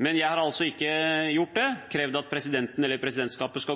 Jeg har altså ikke krevd at presidenten eller presidentskapet